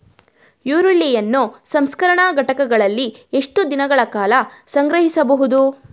ಈರುಳ್ಳಿಯನ್ನು ಸಂಸ್ಕರಣಾ ಘಟಕಗಳಲ್ಲಿ ಎಷ್ಟು ದಿನಗಳ ಕಾಲ ಸಂಗ್ರಹಿಸಬಹುದು?